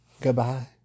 Goodbye